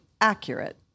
accurate